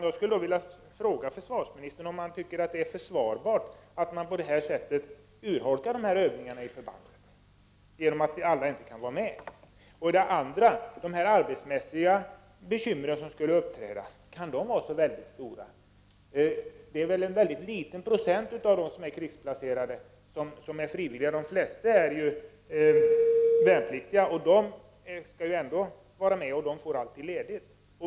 Jag skulle vilja fråga försvarsministern för det första om han tycker att det är försvarbart att man urholkar övningarna i förbandet genom att alla inte kan vara med, och för det andra om han tror att de arbetsmässiga bekymren kan vara så väldigt stora. Det är väl en mycket liten procent av dem som är krigsplacerade som är frivilliga! De flesta är ju värnpliktiga, och de skall ju ändå vara med, och de får alltid ledigt.